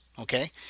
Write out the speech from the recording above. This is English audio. okay